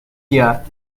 hear